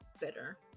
bitter